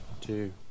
two